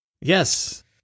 Yes